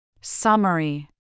Summary